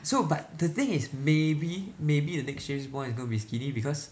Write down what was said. so but the thing is maybe maybe the next James Bond is gonna be skinny because